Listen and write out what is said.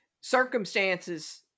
circumstances